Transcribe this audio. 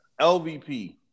LVP